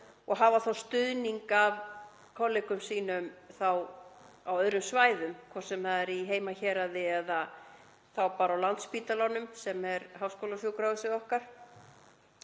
og hafa þá stuðning af kollegum á öðrum svæðum, hvort sem það er í heimahéraði eða bara á Landspítalanum sem er háskólasjúkrahúsið okkar.